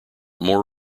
more